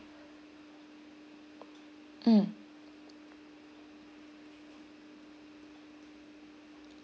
mm